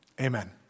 Amen